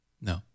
No